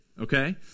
Okay